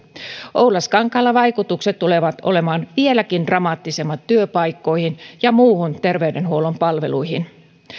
oulaskankaalla vaikutukset tulevat olemaan vieläkin dramaattisemmat työpaikkoihin ja muuhun terveydenhuollon palveluihin